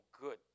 good